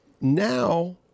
now